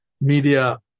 media